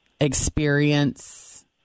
experience